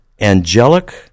angelic